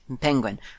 penguin